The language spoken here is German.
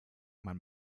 man